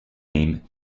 name